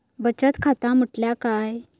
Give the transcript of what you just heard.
बचत खाता म्हटल्या काय?